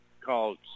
Called